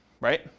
right